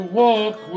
walk